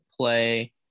play